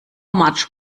much